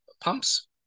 pumps